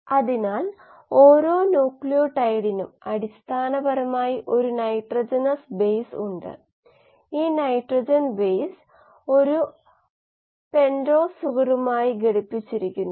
അതിനാൽ റിഡോക്സ് അനുപാതം അത് നോക്കാനുള്ള ഒരു മാർഗമായി നൽകാം കോശ ഗാഢത നിരീക്ഷിക്കാൻ NADH ഫ്ലൂറസെൻസ് ഉപയോഗിക്കാമെന്ന് നമ്മൾ ഇതിനകം കണ്ടു കാരണം NADH ഫ്ലൂറസെൻസിന്റെ തീവ്രത കോശ ഗാഢതയുമായി നേരിട്ട് ബന്ധിപ്പിക്കാൻ കഴിയും